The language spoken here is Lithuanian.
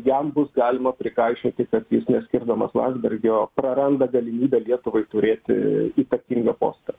jam bus galima prikaišioti kad jis neskirdamas landsbergio praranda galimybę lietuvai turėti įtakingą postą